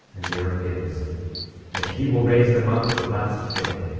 and they are his and he will raise them up at the last day.